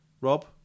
Rob